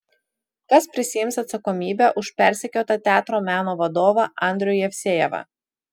kas prisiims atsakomybę už persekiotą teatro meno vadovą andrių jevsejevą